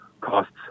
costs